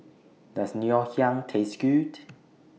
Does Ngoh Hiang Taste Good